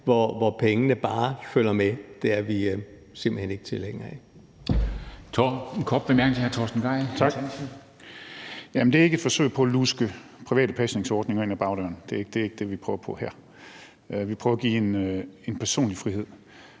hvor pengene bare følger med, er vi simpelt hen ikke tilhængere af.